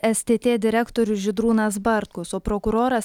stt direktorius žydrūnas bartkus o prokuroras